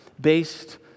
based